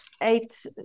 eight